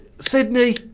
Sydney